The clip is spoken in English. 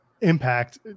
Impact